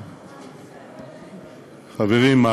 חברים,